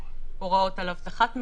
הוראות על אבטחת מידע,